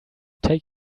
take